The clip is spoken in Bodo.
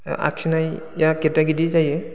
आखिनाया गेदा गेदि जायो